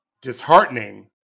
disheartening